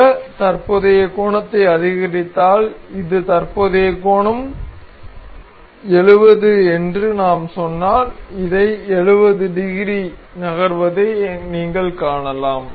இந்த தற்போதைய கோணத்தை அதிகரித்தால் இது தற்போதைய கோணம் இது 70 என்று நாம் சொன்னால் இதை 70 டிகிரி நகர்வதை நீங்கள் காணலாம்